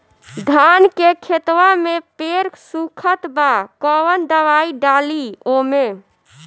धान के खेतवा मे पेड़ सुखत बा कवन दवाई डाली ओमे?